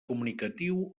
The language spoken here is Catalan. comunicatiu